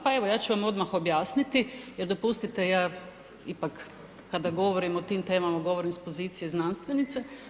Pa evo, ja ću vam odmah objasniti, jer dopustite, ja ipak, kada govorim o tim temama, govorim s pozicije znanstvenice.